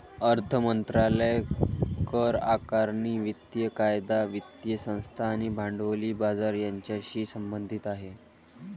अर्थ मंत्रालय करआकारणी, वित्तीय कायदा, वित्तीय संस्था आणि भांडवली बाजार यांच्याशी संबंधित आहे